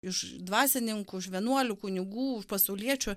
iš dvasininkų iš vienuolių kunigų pasauliečių